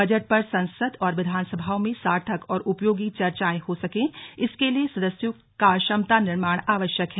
budget पर संसद और विधानसभाओं में सार्थक और उपयोगी चर्चाएं हो सके इसके लिए सदस्यों का क्षमता निर्माण आवश्यक है